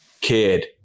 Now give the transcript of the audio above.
kid